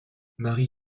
marie